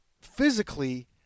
physically